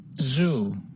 Zoo